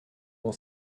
mon